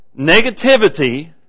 negativity